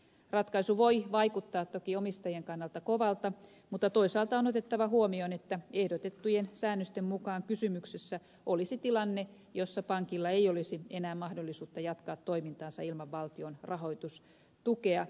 ratkaisu voi vaikuttaa toki omistajien kannalta kovalta mutta toisaalta on otettava huomioon että ehdotettujen säännösten mukaan kysymyksessä olisi tilanne jossa pankilla ei olisi enää mahdollisuutta jatkaa toimintaansa ilman valtion rahoitustukea